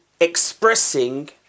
expressing